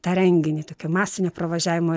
tą renginį tokio masinio pravažiavimo